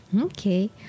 Okay